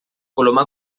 coloma